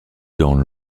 dans